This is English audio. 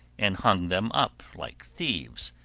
and hung them up, like thieves,